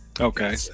Okay